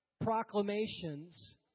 proclamations